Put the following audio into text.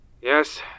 Yes